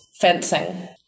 fencing